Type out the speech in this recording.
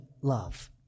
love